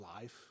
life